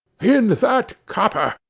in that copper,